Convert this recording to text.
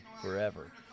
forever